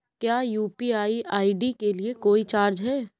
क्या UPI ID के लिए कोई चार्ज है?